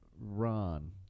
Ron